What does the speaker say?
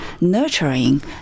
nurturing